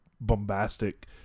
bombastic